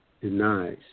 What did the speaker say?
denies